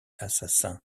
assassin